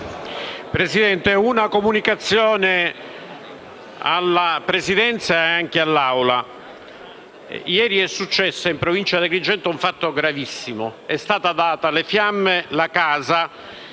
rendere una comunicazione alla Presidenza e all'Assemblea. Ieri è successo, in provincia di Agrigento, un fatto gravissimo: è stata data alle fiamme la casa